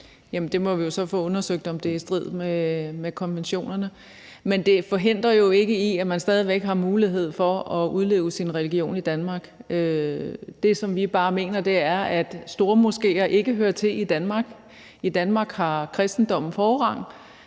der må vi jo så få undersøgt, om det er i strid med konventionerne. Men det forhindrer jo ikke, at man stadig væk har mulighed for at udleve sin religion i Danmark. Det, som vi bare mener, er, at stormoskéer ikke hører til i Danmark. I Danmark har kristendommen forrang,